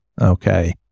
Okay